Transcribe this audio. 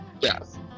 Yes